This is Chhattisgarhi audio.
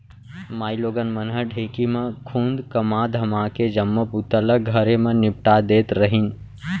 माइलोगन मन ह ढेंकी म खुंद कमा धमाके जम्मो बूता ल घरे म निपटा देत रहिन